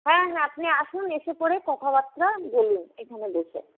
হ্যাঁ হ্যাঁ আপনি আসুন এসে পরে কথাবার্তা বলুন এখানে বসে